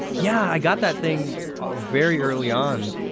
yeah, i got that thing very early on.